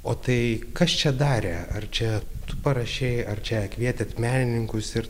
o tai kas čia darė ar čia tu parašei ar čia kvietėt menininkus ir